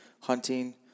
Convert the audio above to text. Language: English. hunting